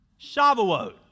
Shavuot